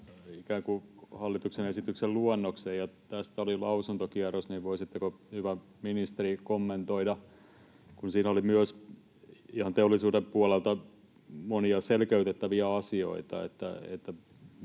hallituksen esityksen luonnoksen, ja tästä oli lausuntokierros, niin voisitteko, hyvä ministeri, kommentoida? Siinä oli myös ihan teollisuuden puolelta monia selkeytettäviä asioita.